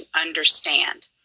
understand